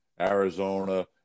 Arizona